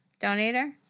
donator